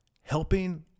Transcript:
helping